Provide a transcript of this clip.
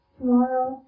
Tomorrow